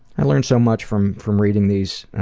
i learn so much from from reading these.